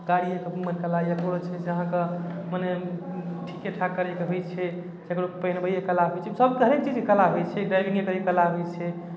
कार्य मने कला अइ या कोनो छै अहाँके मने ठीके ठाक करैके होइ छै सबके पहिराबैएके कला होइ छै सब कहै छै जे कला होइ छै ड्राइविङ्गे करैके कला होइ छै